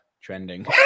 trending